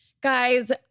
Guys